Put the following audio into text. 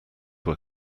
were